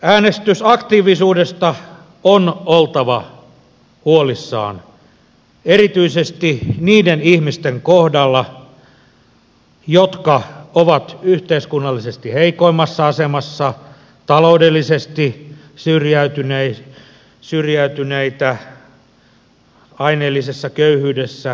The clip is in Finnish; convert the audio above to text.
äänestysaktiivisuudesta on oltava huolissaan erityisesti niiden ihmisten kohdalla jotka ovat yhteiskunnallisesti heikoimmassa asemassa taloudellisesti syrjäytyneitä aineellisessa köyhyydessä eläviä